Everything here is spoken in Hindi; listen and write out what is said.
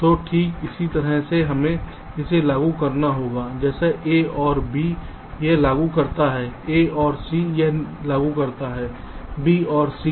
तो ठीक इसी तरह से हमें इसे लागू करना होगा जैसे a ओर b यह लागू करता है a ओर c यह लागू करता है b ओर c